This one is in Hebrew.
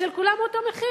אצל כולם הוא באותו מחיר.